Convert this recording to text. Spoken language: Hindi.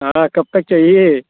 हाँ कब तक चाहिए